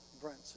Brent